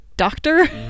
doctor